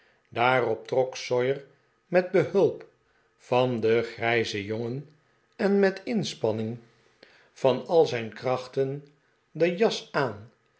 daarop trok sawyer met behulp van den grijzen jongen en met inspanning van al zijn krachten de jas aan